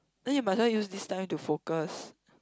then you might as well use this time to focus